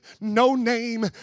no-name